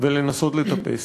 לנסות לטפס.